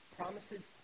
promises